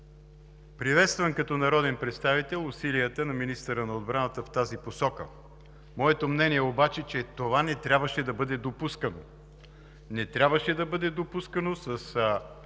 колеги! Като народен представител приветствам усилията на министъра на отбраната в тази посока. Моето мнение обаче е, че това не трябваше да бъде допуснато! Не трябваше да бъде допуснато